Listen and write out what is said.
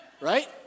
right